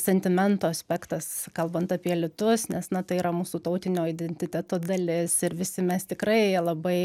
sentimentų aspektas kalbant apie litus nes na tai yra mūsų tautinio identiteto dalis ir visi mes tikrai labai